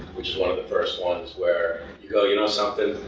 which is one of the first ones, where you go, you know something?